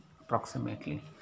approximately